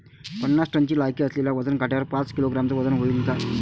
पन्नास टनची लायकी असलेल्या वजन काट्यावर पाच किलोग्रॅमचं वजन व्हईन का?